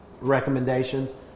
recommendations